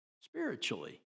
spiritually